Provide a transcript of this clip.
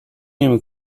نمی